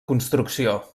construcció